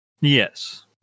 Yes